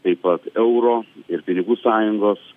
taip pat euro ir pinigų sąjungos